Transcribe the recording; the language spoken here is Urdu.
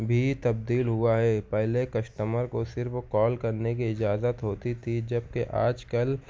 بھی تبدیل ہوا ہے پہلے کسٹمر کو صرف کال کرنے کی اجازت ہوتی تھی جبکہ آج کل